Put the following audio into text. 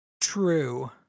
True